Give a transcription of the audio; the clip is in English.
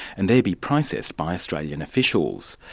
and there be processed by australian officials.